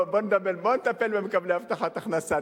בוא נטפל במקבלי הבטחת הכנסה,